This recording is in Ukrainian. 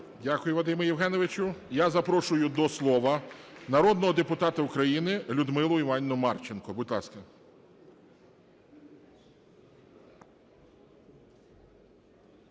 Дякую, Вадиме Євгеновичу. Я запрошую до слова народного депутата України Людмилу Іванівну Марченко. Будь ласка.